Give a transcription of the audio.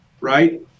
right